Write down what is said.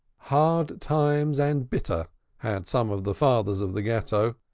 hard times and bitter had some of the fathers of the ghetto,